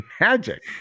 magic